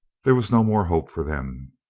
there was no more hope for them.